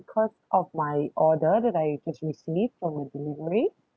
because of my order that I just received from the delivery